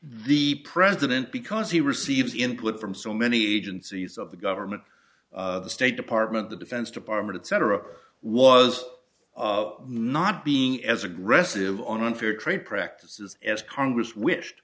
the president because he receives input from so many agencies of the government the state department the defense department cetera was not being as aggressive on unfair trade practices as congress wished